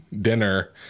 dinner